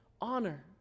honor